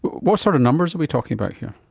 what sort of numbers are we talking about here?